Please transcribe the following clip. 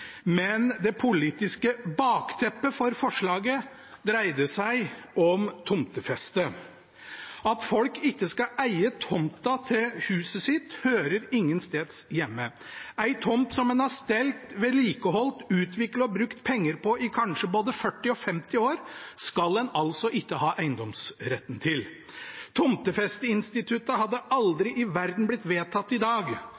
men det politiske bakteppet for forslaget dreide seg om tomtefeste. At folk ikke skal eie tomta til huset sitt, hører ingen steder hjemme. En tomt som en har stelt, vedlikeholdt, utviklet og brukt penger på i kanskje både 40 og 50 år, skal en altså ikke ha eiendomsretten til. Tomtefesteinstituttet hadde aldri i verden blitt vedtatt i dag.